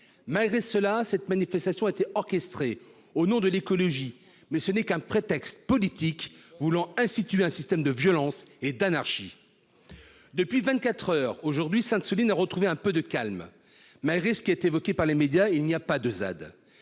malgré cela, cette manifestation a été orchestrée au nom de l'écologie, mais ce n'est qu'un prétexte politique voulant instituer un système de violence et d'anarchie depuis 24 heures aujourd'hui Sainte-Soline à retrouver un peu de calme malgré ce qui est évoqué par les médias, il n'y a pas de ZAD